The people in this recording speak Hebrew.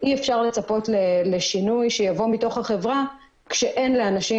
אי אפשר לצפות לשינוי שיבוא מתוך החברה כשאין לאנשים